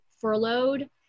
furloughed